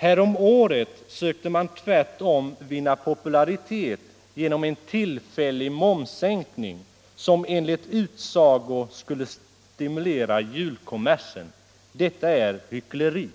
Häromåret sökte man tvärtom vinna popularitet genom en tillfällig momssänkning, som enligt utsago skulle stimulera julkommersen. Detta är hyckleri.